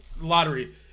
lottery